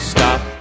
Stop